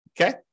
Okay